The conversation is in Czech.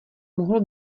mohlo